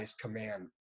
command